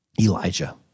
Elijah